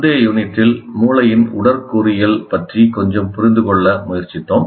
முந்தைய யூனிட்டில் மூளையின் உடற்கூறியல் பற்றி கொஞ்சம் புரிந்து கொள்ள முயற்சித்தோம்